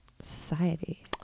society